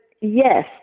yes